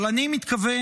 אבל אני מתכוון